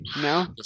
No